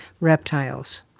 reptiles